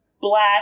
black